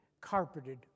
carpeted